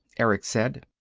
erick said.